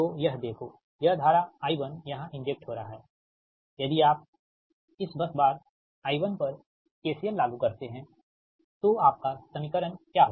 तो यह देखो यह धारा I1 यहाँ इंजेक्ट हो रहा है यदि आप इस बस बार I1पर KCL लागू करते हैं तोआपका समीकरण क्या होगा